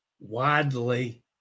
widely